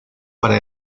para